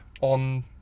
on